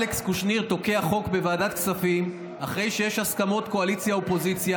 אלכס קושניר תוקע חוק בוועדת כספים אחרי שיש הסכמות קואליציה-אופוזיציה,